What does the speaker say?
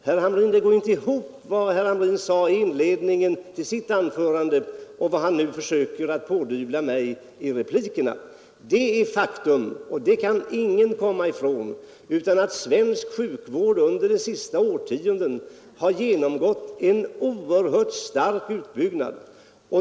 Vad herr Hamrin sade i sin inledning stämmer inte med vad han nu försöker pådyvla mig i replikerna. Det faktum kan ingen komma ifrån att svensk sjukvård under de senaste årtiondena har genomgått en oerhört stark utbyggnad.